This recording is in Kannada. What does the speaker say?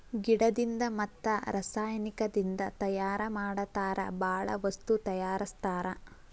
ಗಿಡದಿಂದ ಮತ್ತ ರಸಾಯನಿಕದಿಂದ ತಯಾರ ಮಾಡತಾರ ಬಾಳ ವಸ್ತು ತಯಾರಸ್ತಾರ